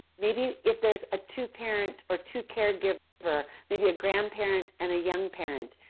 maybe if there is a two-parent or two-caregiver, maybe a grandparent and a young parent,